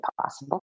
possible